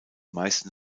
meisten